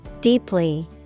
Deeply